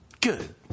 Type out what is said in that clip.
Good